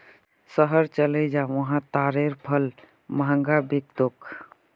शहर चलइ जा वहा तारेर फल महंगा बिक तोक